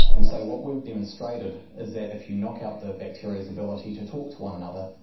and so what we've demonstrated is that if you knock out the bacteria's ability to talk to one another,